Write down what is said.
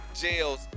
jails